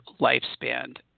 lifespan